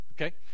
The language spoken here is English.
Okay